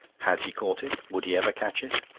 had he caught it? would he ever catch it?